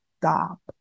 stop